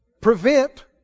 prevent